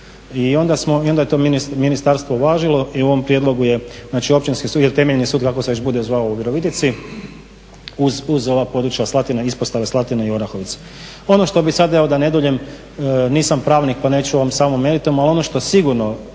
I onda je to ministarstvo uvažilo i u ovom prijedlogu je, znači Općinski sud ili temeljni sud ili kako se već bude zvao u Virovitici uz ova područja Slatine, ispostava Slatina i Orahovica. Ono što bih sad evo da ne duljim, nisam pravnik, pa neću o ovom samom meritumu. Ali ono što sigurno